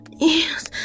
Yes